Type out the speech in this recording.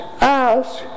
ask